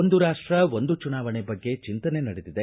ಒಂದು ರಾಷ್ಟ ಒಂದು ಚುನಾವಣೆ ಬಗ್ಗೆ ಚಿಂತನೆ ನಡೆದಿದೆ